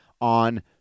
on